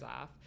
off